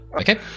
Okay